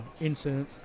incident